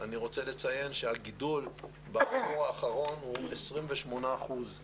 אני רוצה לציין שהגידול בעשור האחרון הוא 28 אחוזים.